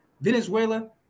Venezuela